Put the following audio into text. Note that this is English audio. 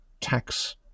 tax